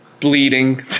Bleeding